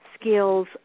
skills